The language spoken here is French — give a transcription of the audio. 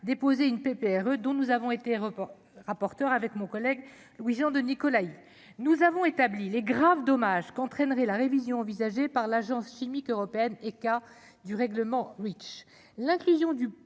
déposer une pépère dont nous avons été aéroport rapporteur avec mon collègue Louis-Jean de Nicolaï, nous avons établi les graves dommages qu'entraînerait la révision envisagée par l'Agence chimique européenne et du règlement Reach, l'inclusion du